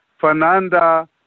Fernanda